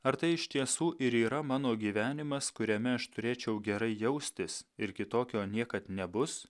ar tai iš tiesų ir yra mano gyvenimas kuriame aš turėčiau gerai jaustis ir kitokio niekad nebus